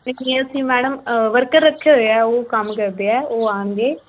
ਨਹੀਂ ਅਸੀਂ madam worker ਰੱਖੇ ਹੋਏ ਆ ਉਹ ਕੰਮ ਕਰਦੇ ਹੈ ਉਹ ਆਉਣਗੇ